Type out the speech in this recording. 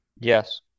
Yes